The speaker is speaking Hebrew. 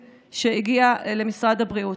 שהגיעה אל משרד הבריאות.